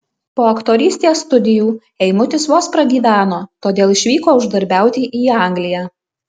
po aktorystės studijų eimutis vos pragyveno todėl išvyko uždarbiauti į angliją